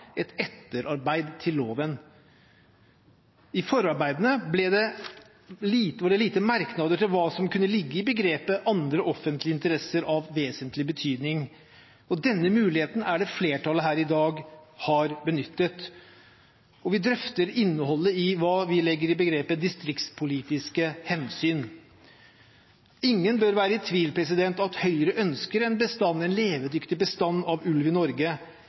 et etterarbeid til loven. I forarbeidene var det få merknader til hva som kunne ligge i begrepet «andre offentlige interesser av vesentlig betydning». Det er denne muligheten flertallet her i dag har benyttet. Og vi drøfter innholdet i, hva vi legger i, begrepet «distriktspolitiske hensyn». Ingen bør være i tvil om at Høyre ønsker en levedyktig bestand av ulv i Norge,